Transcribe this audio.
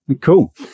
cool